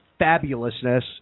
fabulousness